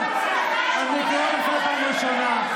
פרידמן, אני קורא אותך לסדר פעם ראשונה.